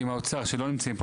שאם האוצר שלא נמצאים פה,